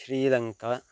Sri Lanka